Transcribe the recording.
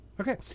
Okay